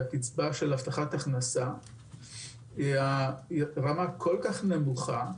הקצבה של הבטחת הכנסה היא רמה כל כך נמוכה,